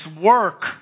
work